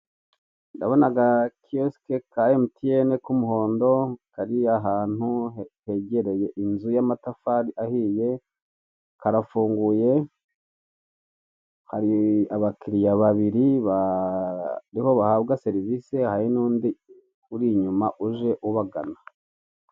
Ndabona agakiyosike ka emutiyene k'umuhondo kari ahantu hegereye inzu y'amatafari ahiye, karafunguye hari abakiliya babiri bariho bahabwa serivise, hari n'undi uri inyuma uje ubagana.